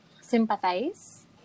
sympathize